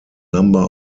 number